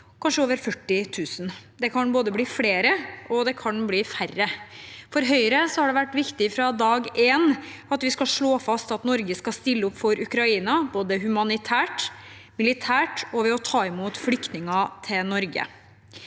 kommer over 40 000. Det kan bli flere, og det kan bli færre. For Høyre har det vært viktig fra dag én at vi skal slå fast at Norge skal stille opp for Ukraina, både humanitært, militært og ved å ta imot flyktninger til Norge.